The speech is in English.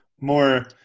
More